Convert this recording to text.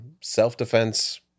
self-defense